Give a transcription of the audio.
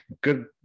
good